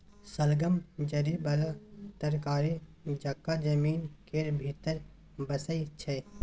शलगम जरि बला तरकारी जकाँ जमीन केर भीतर बैसै छै